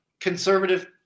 conservative